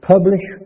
Publish